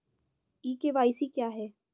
ई KYC क्या है?